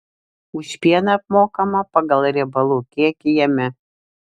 už pieną apmokama pagal riebalų kiekį jame